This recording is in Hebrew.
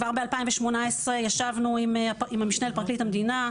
כבר ב-2018 ישבנו עם המשנה לפרקליט המדינה.